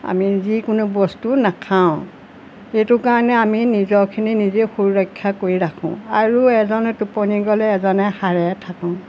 আমি যিকোনো বস্তু নাখাওঁ সেইটো কাৰণে আমি নিজৰখিনি নিজে সুৰক্ষা কৰি ৰাখোঁ আৰু এজনে টোপনি গ'লে এজনে সাৰে থাকোঁ